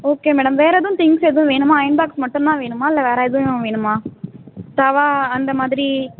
okay madam வேறு எதுவும் things எதுவும் வேணுமா அயன் பாக்ஸ் மட்டும்தா வேணுமா இல்லை வேறு எதுவும் வேணுமா தவா அந்த மாதிரி